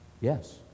Yes